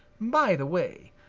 by the way,